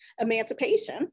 emancipation